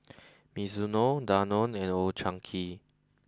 Mizuno Danone and Old Chang Kee